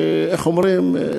איך אומרים,